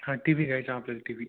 हां TV घ्यायचा आहे आपल्याला टी वी